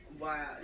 Wow